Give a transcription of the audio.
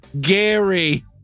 Gary